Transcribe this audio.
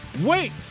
wait